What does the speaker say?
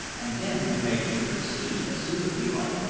and then we may put to sea as soon as we like.